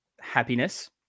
happiness